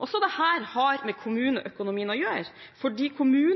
Også dette har med kommuneøkonomien å gjøre, fordi kommuneøkonomien er det som avgjør om kommunene